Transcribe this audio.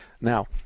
Now